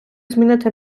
змінити